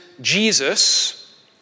Jesus